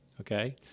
Okay